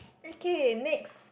okay next